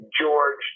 George